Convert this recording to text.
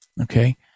Okay